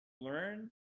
learn